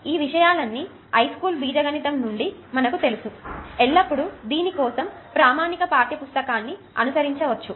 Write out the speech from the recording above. ఈ విషయాలన్నీ హైస్కూల్ బీజగణితం నుండి మనకు తెలుసు లేకపోతే ఎల్లప్పుడూ దీని కోసం ప్రామాణిక పాఠ్య పుస్తకాన్ని అనుసరించవచ్చు